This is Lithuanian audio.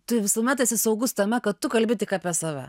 tu visuomet esi saugus tame kad tu kalbi tik apie save